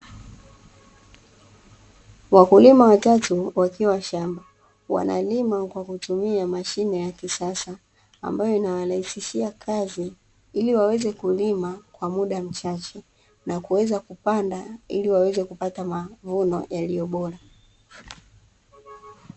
Wakulima watatu wakiwa shamba. Wanalima kwa kutumia mashine ya kisasa, ambayo inawarahisishia kazi ili waweze kulima kwa muda mchache na kuweza kupanda, ili waweze kupata mavuno yaliyo bora.